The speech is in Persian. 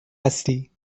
هستی